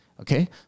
Okay